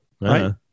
Right